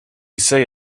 say